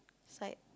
sad